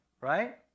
right